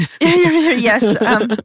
Yes